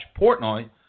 Portnoy